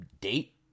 date